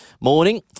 morning